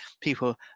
people